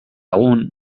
egun